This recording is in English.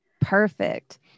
Perfect